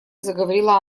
заговорила